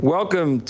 Welcome